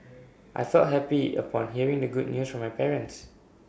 I felt happy upon hearing the good news from my parents